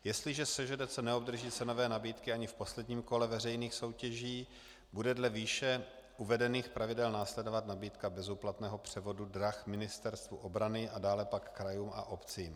Jestliže SŽDC neobdrží cenové nabídky ani v posledním kole veřejných soutěží, bude dle výše uvedených pravidel následovat nabídka bezúplatného převodu drah Ministerstvu obrany a dále pak krajům a obcím.